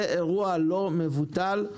זה אירוע לא מבוטל.